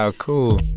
ah cool